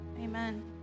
amen